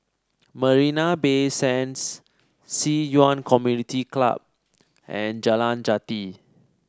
Marina Bay Sands Ci Yuan Community Club and Jalan Jati